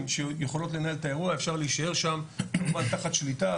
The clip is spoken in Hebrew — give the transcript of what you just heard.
שיכולות לנהל את האירוע אפשר להישאר שם כמובן תחת שליטה,